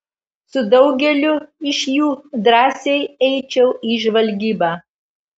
su daugeliu iš jų drąsiai eičiau į žvalgybą